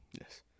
Yes